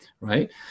right